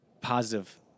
Positive